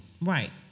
Right